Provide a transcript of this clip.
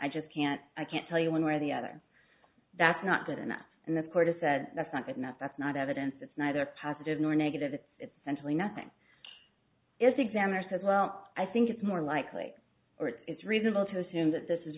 i just can't i can't tell you when where the other that's not good enough and the court has said that's not good enough that's not evidence it's neither positive nor negative it's essentially nothing yes examiner says well i think it's more likely it's reasonable to assume that this